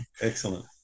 Excellent